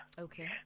okay